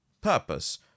Purpose